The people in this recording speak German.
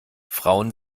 frauen